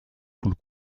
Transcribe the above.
foule